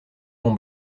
mont